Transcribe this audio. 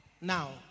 Now